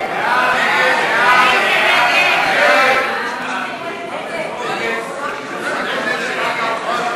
2016. ההסתייגויות לסעיף 05, משרד האוצר,